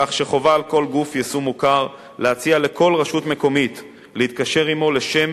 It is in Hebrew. כך שחובה על כל גוף יישום מוכר להציע לכל רשות מקומית להתקשר עמו לשם